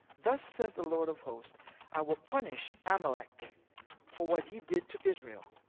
thus says the lord of hosts i will punish amalek for what he did to israel,